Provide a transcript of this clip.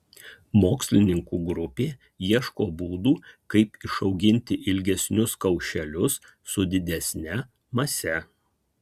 mokslininkų grupė ieško būdų kaip išauginti ilgesnius kaušelius su didesne mase